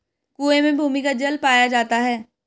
कुएं में भूमिगत जल पाया जाता है